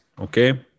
Okay